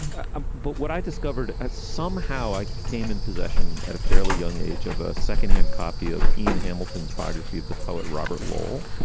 ah but what i discovered as somehow i came in possession at a fairly young age of a second hand copy of ian hamilton's biography of the poet robert lowell,